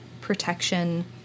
protection